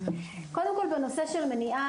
קודם כל בנושא של מניעה,